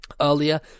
earlier